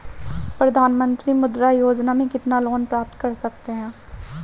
प्रधानमंत्री मुद्रा योजना में कितना लोंन प्राप्त कर सकते हैं?